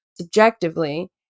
subjectively